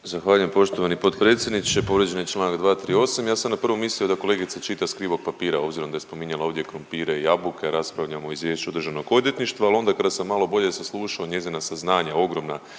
Zahvaljujem poštovani potpredsjedniče. Povrijeđen je čl. 238., ja sam na prvu mislio da kolegica čita s krivog papira obzirom da je spominjala krumpire i jabuke, a raspravljamo o izvješću od državnog odvjetništva, al onda kada sam malo bolje saslušao njezina saznanja ogromna